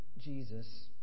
Jesus